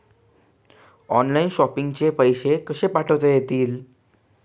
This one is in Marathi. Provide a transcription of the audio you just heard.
ऑनलाइन शॉपिंग चे पैसे कसे पाठवता येतील?